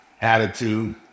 attitude